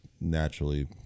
naturally